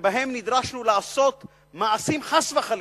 שבהם נדרשנו לעשות מעשים, חס וחלילה,